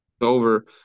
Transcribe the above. over